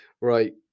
Right